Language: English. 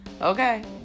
Okay